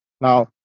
Now